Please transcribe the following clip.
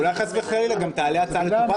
אולי חס וחלילה גם תעלה הצעה לטובת